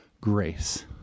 grace